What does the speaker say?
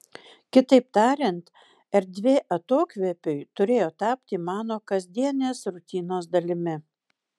kitaip tariant erdvė atokvėpiui turėjo tapti mano kasdienės rutinos dalimi